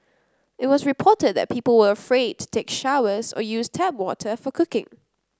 it was reported that people were afraid to take showers or use tap water for cooking